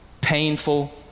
painful